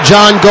John